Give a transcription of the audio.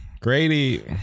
Grady